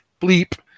bleep